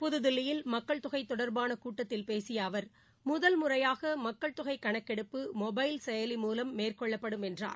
புதுதில்லியில் மக்கள் தொகை தொடர்பான கூட்டத்தில் பேசிய அவர் முதல் முறையாக மக்கள்தொகை கண்க்கெடுப்பு மொபைல் செயலி மூலம் மேற்கொள்ளப்படும் என்றார்